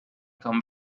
come